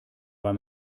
weil